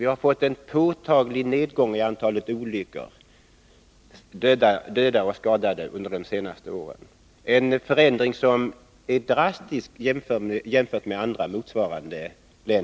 Vi har på senare år fått en påtaglig nedgång i antalet olycksoffer — dödade och skadade.